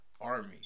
Army